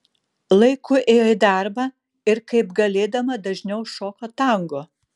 laiku ėjo į darbą ir kaip galėdama dažniau šoko tango